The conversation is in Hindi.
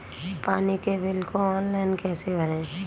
पानी के बिल को ऑनलाइन कैसे भरें?